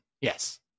yes